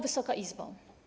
Wysoka Izbo!